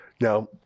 Now